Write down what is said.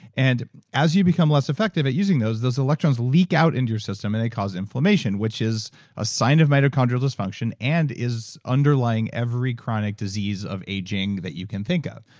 and as you become less effective at using those, those electrons leak out into your system and it cause inflammation, which is a sign of mitochondrial dysfunction and is underlying every chronic disease of aging that you can think of.